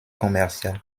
commerciales